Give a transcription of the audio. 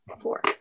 Four